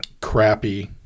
crappy